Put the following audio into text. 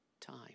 time